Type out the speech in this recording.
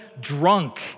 drunk